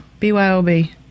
byob